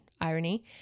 irony